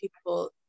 people